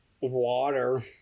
Water